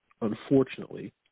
unfortunately